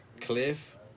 Cliff